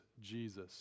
Jesus